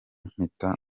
mpita